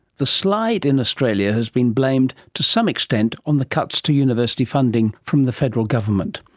the slide in australia has been blamed to some extent on the cuts to university funding from the federal government.